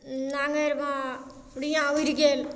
नाङ्गरिमे रुइयाँ उड़ि गेल